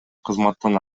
кызматтан